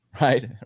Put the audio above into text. right